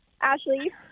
Ashley